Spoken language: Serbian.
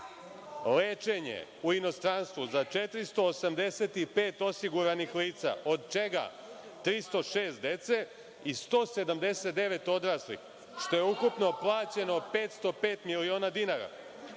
lečenje u inostranstvu za 485 osiguranih lica, od čega 306 dece i 179 odraslih, što je ukupno plaćeno 505 miliona dinara.